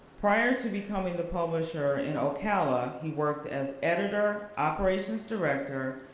prior to becoming the publisher in ocala, he worked as editor, operations director,